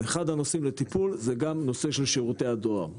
אחד הנושאים לטיפול זה גם נושא שירותי הדואר.